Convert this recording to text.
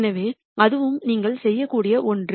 எனவே அதுவும் நீங்கள் செய்யக்கூடிய ஒன்று